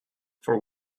for